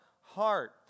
heart